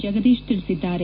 ಜಗದೀಶ್ ತಿಳಿಸಿದ್ದಾರೆ